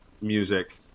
music